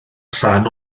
rhan